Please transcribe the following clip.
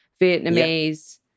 Vietnamese